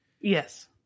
Yes